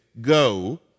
go